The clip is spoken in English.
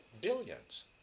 billions